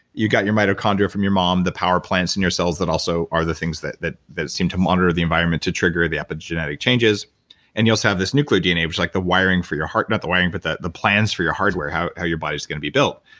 you got your mitochondria from your mom the power plants in your cells that also are the things that that seem to monitor the environment to trigger the epigenetic changes and you also have this nuclear dna, which is like the wiring for your heart. not the wiring, but the the plans for your hardware, how how your body's gonna be built.